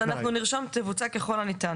אנחנו נרשום "תבוצע ככל הניתן",